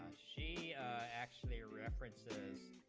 she actually references